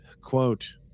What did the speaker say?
quote